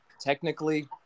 technically